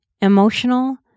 emotional